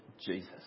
Jesus